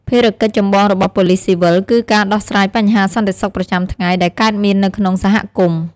ភារកិច្ចចម្បងរបស់ប៉ូលិសស៊ីវិលគឺការដោះស្រាយបញ្ហាសន្តិសុខប្រចាំថ្ងៃដែលកើតមាននៅក្នុងសហគមន៍។